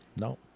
No